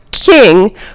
king